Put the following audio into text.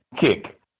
kick